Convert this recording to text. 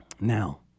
Now